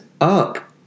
up